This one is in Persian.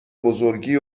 بزرگی